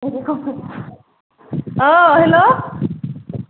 औ हेल'